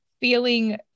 feeling